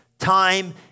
time